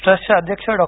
ट्रस्टचे अध्यक्ष डॉ